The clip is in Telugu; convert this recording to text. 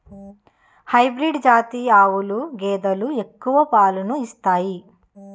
హైబ్రీడ్ జాతి ఆవులు గేదెలు ఎక్కువ పాలను ఇత్తాయి